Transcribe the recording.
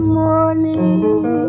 morning